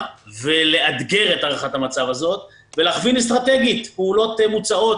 ולאתגר את הערכת המצב הזאת ולהכווין אסטרטגיות פעולות מוצעות,